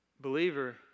believer